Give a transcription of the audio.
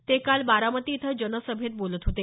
ते काल बारामती इथं जनसभेत बोलत होते